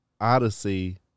Odyssey